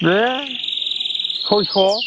बे सयस'